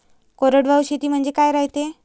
कोरडवाहू शेती म्हनजे का रायते?